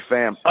Fam